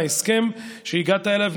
ההסכם שהגעת אליו,